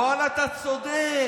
ואללה, אתה צודק.